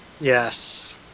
Yes